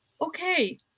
okay